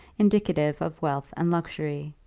indicative of wealth and luxury.